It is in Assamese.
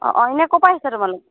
অঁ এনে ক'ৰ পৰা আহিছা তোমালোক